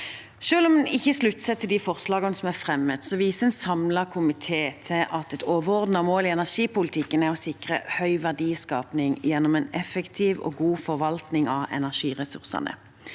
Selv om en ikke slutter seg til de forslagene som er fremmet, viser en samlet komité til at et overordnet mål i energipolitikken er å sikre høy verdiskaping gjennom en effektiv og god forvaltning av energiressursene.